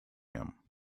him